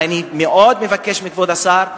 אבל אני מאוד מבקש מכבוד השר,